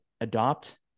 adopt